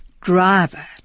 driver